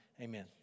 Amen